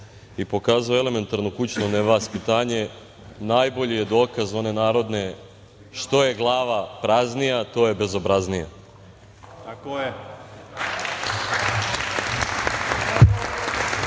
i pokazao elementarno kućno nevaspitanje najbolji je dokaz one narodne – što je glava praznija, to je bezobraznija.U moru